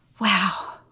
Wow